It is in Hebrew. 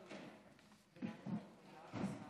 הזאת לא היו חילוקי